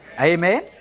Amen